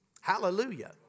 hallelujah